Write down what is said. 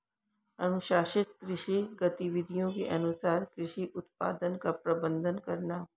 अनुशंसित कृषि गतिविधियों के अनुसार कृषि उत्पादन का प्रबंधन करना